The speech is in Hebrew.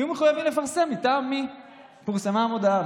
יהיו מחויבים לפרסם מטעם מי פורסמה המודעה.